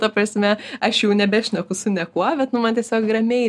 ta prasme aš jau nebešneku su niekuo bet nu man tiesiog ramiai